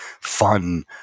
fun